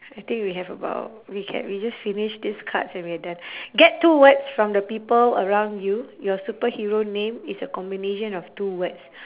I think we have about we can we just finish these cards and we're done get two words from the people around you your superhero name is a combination of two words